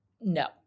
No